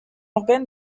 urbaine